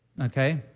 okay